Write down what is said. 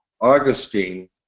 Augustine